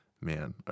Man